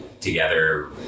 together